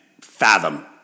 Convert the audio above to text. fathom